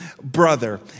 brother